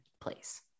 place